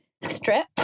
strip